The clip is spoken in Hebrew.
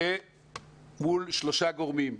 ומול שלושה גורמים: